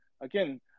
again